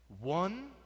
One